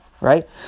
right